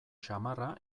samarra